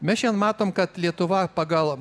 mes šiandien matom kad lietuva pagal